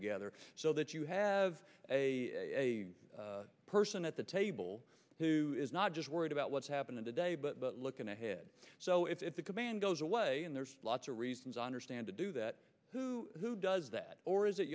together so that you have a person at the table who is not just worried about what's happening today but looking ahead so if the command goes away and there's lots of reasons i understand to do that who does that or is it